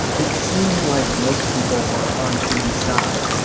it seemed like most people were on tweety's side.